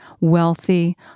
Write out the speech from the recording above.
wealthy